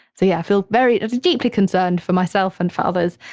so, yeah, i feel very deeply concerned for myself and for others,